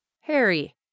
Harry